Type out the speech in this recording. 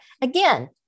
again